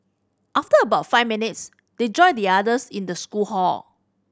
after about five minutes they joined the others in the school hall